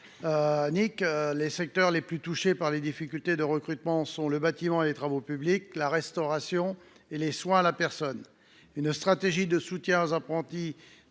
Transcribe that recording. Les secteurs les plus touchés par les difficultés de recrutement sont le bâtiment et les travaux publics, la restauration et les soins à la personne. Une stratégie de soutien aux apprentis